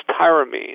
tyramine